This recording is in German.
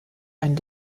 ein